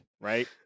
Right